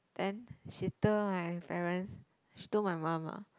then she told my parents she told my mum ah